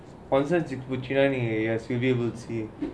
you will sea